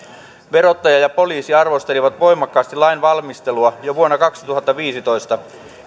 verottaja ja poliisi arvostelivat voimakkaasti lain valmistelua jo vuonna kaksituhattaviisitoista